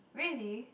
really